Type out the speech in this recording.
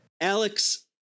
Alex